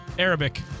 Arabic